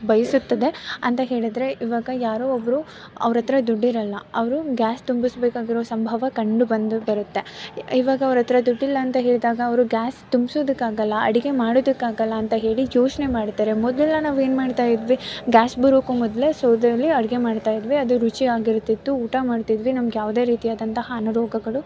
ಬಯಸುತ್ತದೆ ಅಂತ ಹೇಳಿದರೆ ಈವಾಗ ಯಾರೋ ಒಬ್ಬರು ಅವ್ರ ಹತ್ರ ದುಡ್ಡಿರೋಲ್ಲ ಅವರು ಗ್ಯಾಸ್ ತುಂಬಿಸಬೇಕಾಗಿರೋ ಸಂಭವ ಕಂಡು ಬಂದು ಬರುತ್ತೆ ಇವಾಗ ಅವ್ರ ಹತ್ರ ದುಡ್ಡಿಲ್ಲ ಅಂತ ಹೇಳಿದಾಗ ಅವರು ಗ್ಯಾಸ್ ತುಂಬ್ಸೋದಕ್ಕಾಗೋಲ್ಲ ಅಡುಗೆ ಮಾಡೋದಕ್ಕಾಗೋಲ್ಲ ಅಂತ ಹೇಳಿ ಯೋಚನೆ ಮಾಡ್ತಾರೆ ಮೊದಲೆಲ್ಲ ನಾವು ಏನು ಮಾಡ್ತಾಯಿದ್ವಿ ಗ್ಯಾಸ್ ಬರೋಕ್ಕೂ ಮೊದಲೇ ಸೌದೆ ಒಲೆ ಅಡುಗೆ ಮಾಡ್ತಾಯಿದ್ವಿ ಅದು ರುಚಿ ಆಗಿರುತ್ತಿತ್ತು ಊಟ ಮಾಡ್ತಿದ್ವಿ ನಮ್ಗೆ ಯಾವುದೇ ರೀತಿಯಾದಂತಹ ಅನಾರೋಗ್ಯಗಳು